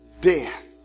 death